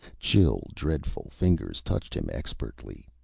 chill, dreadful fingers touched him expertly.